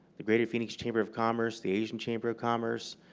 the greater phoenix chamber of commerce, the asian chamber of commerce,